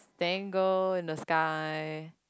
dangle in the sky